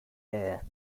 air